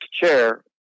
chair